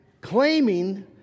claiming